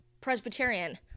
Presbyterian